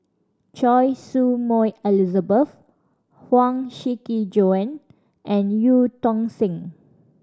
Choy Su Moi Elizabeth Huang Shiqi Joan and Eu Tong Sen